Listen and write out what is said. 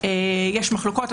יש מחלוקות.